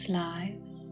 lives